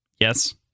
yes